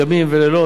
ימים ולילות,